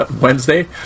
wednesday